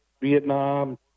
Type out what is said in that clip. Vietnam